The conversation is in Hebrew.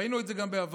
ראינו את זה גם בעבר.